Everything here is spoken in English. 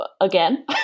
Again